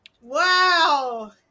wow